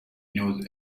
knows